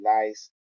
nice